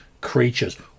creatures